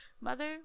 mother